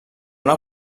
una